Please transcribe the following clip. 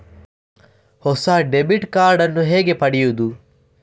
ಹೊಸ debit card ನ್ನು ಹೇಗೆ ಪಡೆಯುದು?